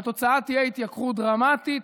והתוצאה תהיה התייקרות דרמטית,